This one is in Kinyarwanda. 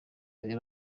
cya